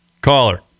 Caller